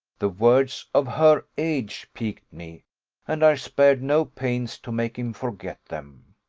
the words, of her age, piqued me and i spared no pains to make him forget them.